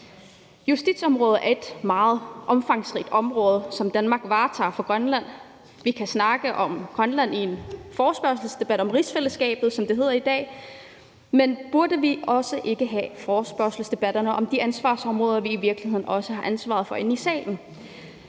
Justitsområdet er et meget omfangsrigt område, som Danmark varetager for Grønland. Vi kan snakke om Grønland i en forespørgselsdebat om rigsfællesskabet, som det hedder i dag, men burde vi ikke også have forespørgselsdebatterne om de ansvarsområder, vi i virkeligheden også har ansvaret for inde i salen?